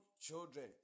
children